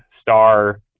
star